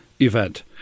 event